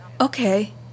Okay